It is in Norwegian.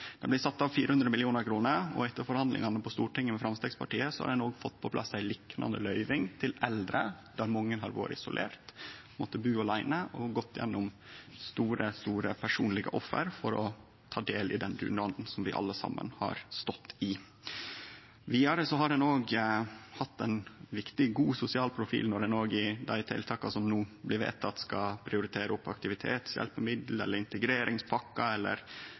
blir sett av 400 mill. kr, og etter forhandlingane på Stortinget med Framstegspartiet har ein òg fått på plass ei liknande løyving til eldre. Mange av dei har vore isolerte, har måtta bu aleine og har gått gjennom store personlege offer for å ta del i den dugnaden som vi alle saman har stått i. Vidare har ein òg hatt ein viktig god sosial profil når ein i dei tiltaka som no blir vedtekne, skal prioritere opp aktivitet, hjelpemiddel eller integreringspakke eller